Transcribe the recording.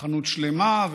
חנות שלמה.